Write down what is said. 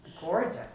gorgeous